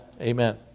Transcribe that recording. Amen